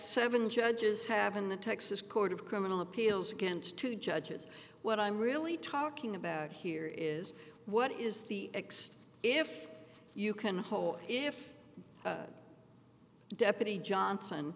seven judges have in the texas court of criminal appeals against two judges what i'm really talking about here is what is the ex if you can hold if deputy johnson